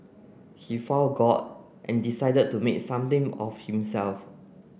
he found God and decided to make something of himself